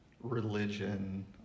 religion